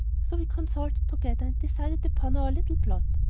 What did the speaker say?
so we consulted together and decided upon our little plot,